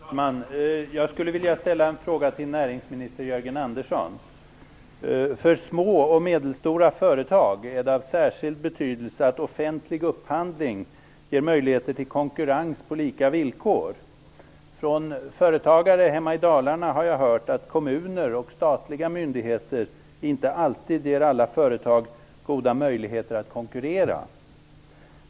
Herr talman! Jag skulle vilja ställa en fråga till näringsminister Jörgen Andersson. För små och medelstora företag är det av särskild betydelse att offentlig upphandling ger möjligheter till konkurrens på lika villkor. Från företagare hemma i Dalarna har jag hört att kommuner och statliga myndigheter inte alltid ger alla företag goda möjligheter att konkurrera.